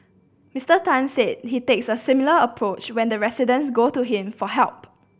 Mister Tan said he takes a similar approach when residents go to him for help